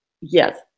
Yes